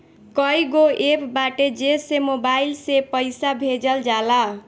कईगो एप्प बाटे जेसे मोबाईल से पईसा भेजल जाला